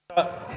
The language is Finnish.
kiitos